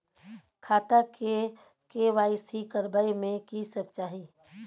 खाता के के.वाई.सी करबै में की सब चाही?